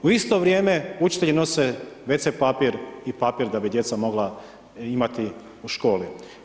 U isto vrijeme učitelji nose wc papir i papir da bi djeca mogla imati u školi.